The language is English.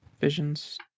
visions